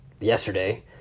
yesterday